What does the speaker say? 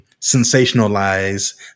sensationalize